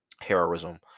heroism